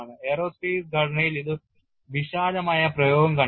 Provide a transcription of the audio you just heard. aerospace ഘടനയിൽ ഇത് വിശാലമായ പ്രയോഗം കണ്ടെത്തി